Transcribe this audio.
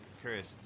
Curious